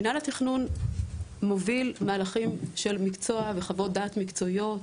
מינהל התכנון מוביל מהלכים של מקצוע וחוות דעת מקצועיות,